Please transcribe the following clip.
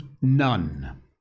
none